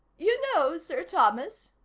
you know, sir thomas,